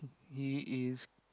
he is